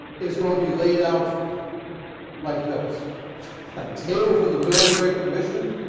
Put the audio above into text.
is going to be laid out like this a table for the military commission,